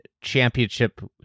championship